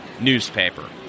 newspaper